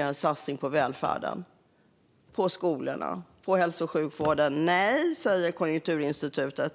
en satsning på välfärd, alltså skola och hälso och sjukvård, inflationsdrivande? Nej, säger Konjunkturinstitutet.